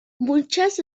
muchas